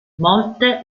molte